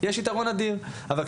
גם ביחס